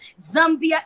Zambia